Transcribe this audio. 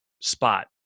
spot